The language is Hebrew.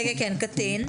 כן, קטין.